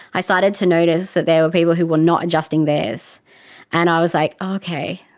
i started to notice that there were people who were not adjusting theirs and i was like, okay.